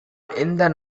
எந்த